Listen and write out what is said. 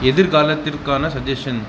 எதிர்காலத்திற்கான சஜ்ஜெஸ்சன்